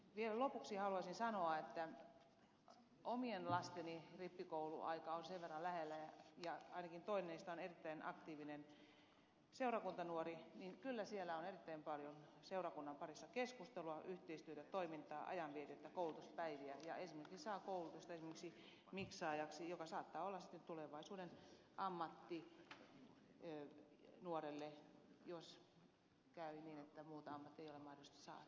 vielä lopuksi haluaisin sanoa omien lasteni rippikouluaika on sen verran lähellä ja ainakin toinen heistä on erittäin aktiivinen seurakuntanuori että kyllä siellä on erittäin paljon seurakunnan parissa keskustelua yhteistyötä toimintaa ajanvietettä koulutuspäiviä ja saa koulutusta esimerkiksi miksaajaksi joka saattaa olla sitten tulevaisuuden ammatti nuorelle jos käy niin että muuta ammattia ei ole mahdollista saada